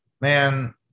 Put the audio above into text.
Man